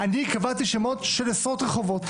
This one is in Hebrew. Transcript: אני קבעתי שמות של עשרות רחובות.